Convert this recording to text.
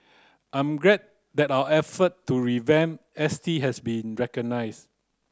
I'm glad that our effort to revamp S T has been recognised